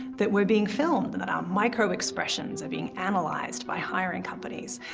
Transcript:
that we're being filmed, and that our micro expressions are being analyzed by hiring companies.